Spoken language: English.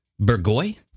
Burgoy